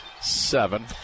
seven